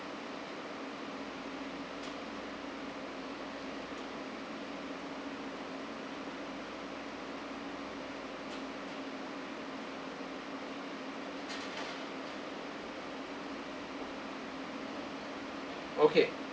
okay